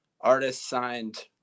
artist-signed